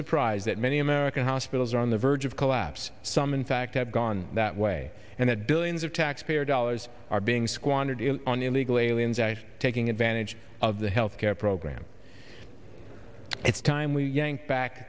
surprise that many american hospitals are on the verge of collapse some in fact have gone that way and that billions of taxpayer dollars are being squandered on illegal aliens actually taking advantage of the health care program it's time we yank back